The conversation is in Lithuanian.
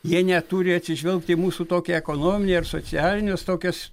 jie neturi atsižvelgt į mūsų tokią ekonominę ir socialinias tokias